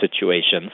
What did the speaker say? situations